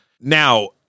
Now